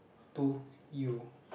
to you